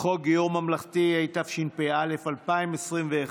חוק גיור ממלכתי בישראל, התשפ"א 2021,